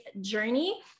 journey